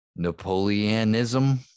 Napoleonism